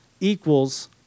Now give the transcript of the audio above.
equals